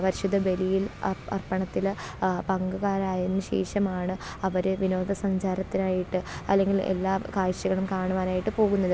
പരിശുദ്ധബെലിയിൽ അർപ്പണത്തിൽ പങ്കുകാരായതിനുശേഷമാണ് അവർ വിനോദസഞ്ചാരത്തിനായിട്ട് അല്ലെങ്കിൽ എല്ലാ കാഴ്ചകളും കാണുവാനായിട്ട് പോകുന്നത്